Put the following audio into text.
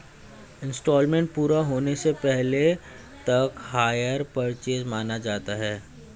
instalment पूरा होने से पहले तक हायर परचेस माना जाता है